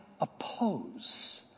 oppose